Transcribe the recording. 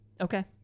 Okay